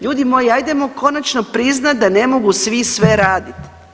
Ljudi moji ajdemo konačno priznat da ne mogu svi sve radit.